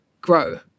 grow